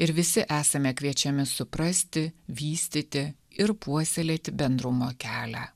ir visi esame kviečiami suprasti vystyti ir puoselėti bendrumo kelią